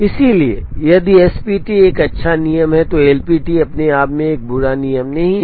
इसलिए यदि एसपीटी एक अच्छा नियम है तो एलपीटी अपने आप में एक बुरा नियम नहीं है